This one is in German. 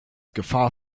gefahr